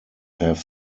have